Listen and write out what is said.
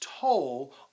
toll